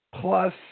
Plus